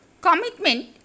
commitment